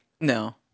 No